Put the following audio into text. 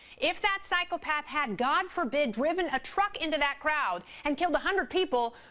if that psychopath had god forbid driven a truck into that crowd, and killed a hundred people,